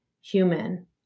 human